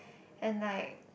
and like